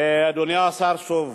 אדוני השר, שוב,